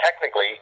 technically